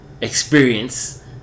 experience